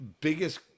biggest